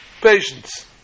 patience